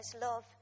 love